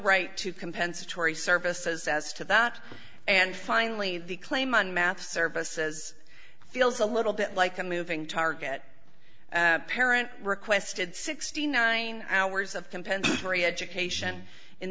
right to compensatory services as to that and finally the claim on math services feels a little bit like a moving target parent requested sixty nine hours of compensatory education in